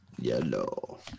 Yellow